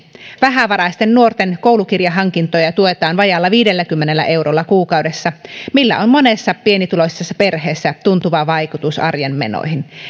vähävaraisten nuorten koulukirjahankintoja tuetaan vajaalla viidelläkymmenellä eurolla kuukaudessa millä on monessa pienituloisessa perheessä tuntuva vaikutus arjen menoihin